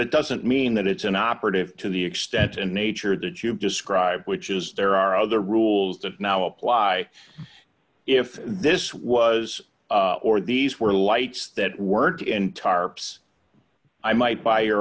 it doesn't mean that it's an operative to the extent and nature that you've described which is there are other rules that now apply if this was or these were lights that weren't in tarps i might buy